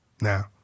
now